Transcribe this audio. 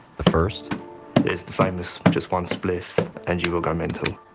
the first there's the famous just one spliff and you will go mental